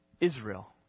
Israel